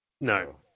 no